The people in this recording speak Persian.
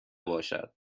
باشد